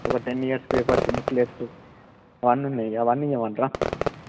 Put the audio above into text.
ఒక ten years papers booklets అవన్ని ఉన్నాయి అవన్నీ ఇవ్వమంటారా